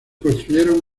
construyeron